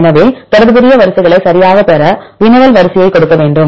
எனவே தொடர்புடைய வரிசைகளை சரியாகப் பெற உங்கள் வினவல் வரிசையை கொடுக்க வேண்டும்